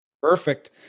Perfect